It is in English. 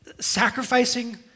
sacrificing